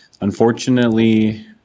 unfortunately